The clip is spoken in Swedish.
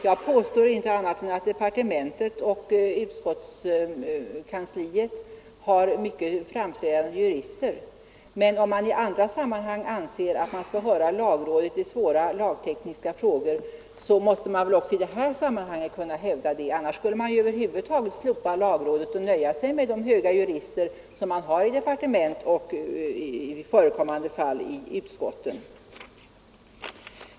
Jag påstår inte annat än att departementet och utskottskansliet har mycket framträdande jurister, men om man i andra sammanhang anser att man skall höra lagrådet i svåra lagtekniska frågor, måste man väl också i detta sammanhang kunna hävda denna möjlighet. Annars kunde ju lagrådet helt slopas, och vi kunde nöja oss med de höga jurister som finns i departement och utskott.